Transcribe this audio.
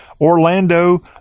Orlando